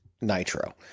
Nitro